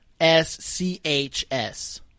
S-C-H-S